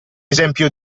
esempio